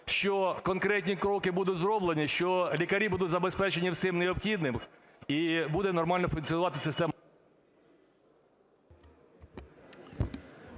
що конкретні кроки будуть зроблені, що лікарі будуть забезпечені всім необхідним і буде нормально функціонувати система...